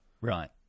Right